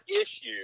issue